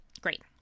Great